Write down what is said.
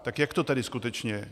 Tak jak to tedy skutečně je?